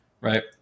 right